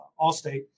Allstate